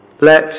let